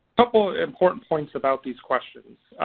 couple important points about these questions.